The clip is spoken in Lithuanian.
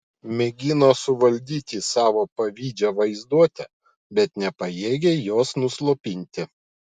mėgino suvaldyti savo pavydžią vaizduotę bet nepajėgė jos nuslopinti